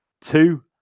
two